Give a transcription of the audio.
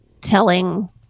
telling